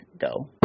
go